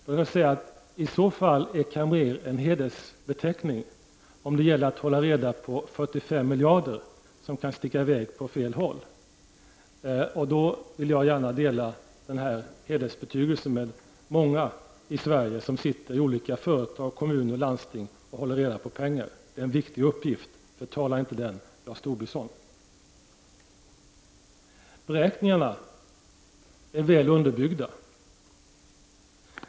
Jag vill säga att i så fall är kamrer en hedersbeteckning, eftersom det gäller att hålla reda på 45 miljarder kronor som kan fara i väg åt fel håll. Denna hedersbetygelse vill jag gärna dela med många i Sverige som i olika företag, kommuner och landsting håller reda på pengar. Det är en viktig uppgift. Förtala inte den, Lars Tobisson! Beräkningarna är väl underbyggda.